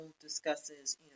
discusses